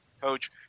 Coach